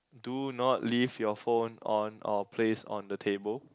do not leave your phone on or placed on the table